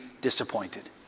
disappointed